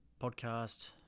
podcast